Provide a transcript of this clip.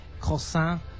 croissant